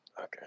Okay